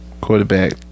quarterback